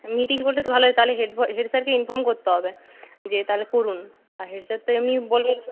হ্যাঁ মিটিং করলে তো ভালো হয় তাহলে হেড বয় হেড স্যারকে ইনফর্ম করতে হবে যে তালে করুন আর হেড স্যার তো এমনি বলবে